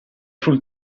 sul